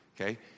okay